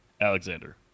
Alexander